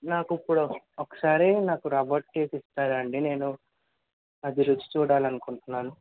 నాకు ఇప్పుడు ఒక ఒకసారి నాకు రవ్వట్టు వేసిస్తారా అండీ నేను అది రుచి చూడాలనుకుంటున్నాను